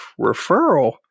Referral